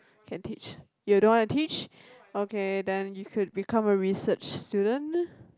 can teach you don't want to teach okay then you could become a research student